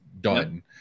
done